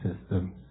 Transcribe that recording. system